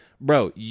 bro